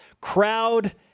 crowd